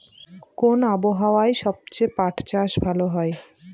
কোন আবহাওয়ায় সবচেয়ে পাট চাষ ভালো হয়?